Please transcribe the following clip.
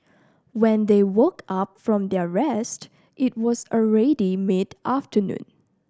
when they woke up from their rest it was already mid afternoon